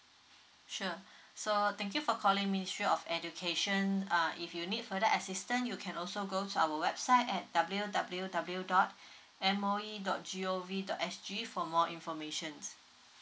sure so thank you for calling ministry of education uh if you need further assistance you can also go to our website at W W W dot M_O_E dot G_O_V dot S_G for more information